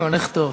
הולך טוב.